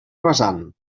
rasant